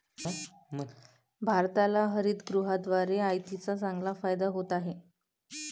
भारताला हरितगृहाद्वारे आयातीचा चांगला फायदा होत आहे